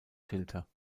filter